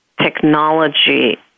technology